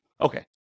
Okay